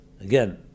Again